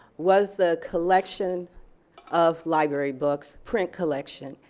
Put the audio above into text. was the collection of library books, print collection,